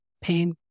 pain